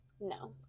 No